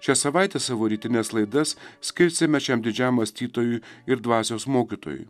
šią savaitę savo rytines laidas skirsime šiam didžiam mąstytojui ir dvasios mokytojui